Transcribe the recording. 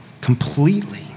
completely